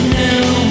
new